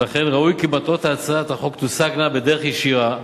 ולכן ראוי כי מטרות הצעת החוק תושגנה בדרך ישירה,